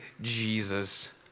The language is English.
Jesus